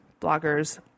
bloggers